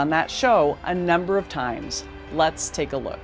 on that show a number of times let's take a look